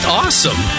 awesome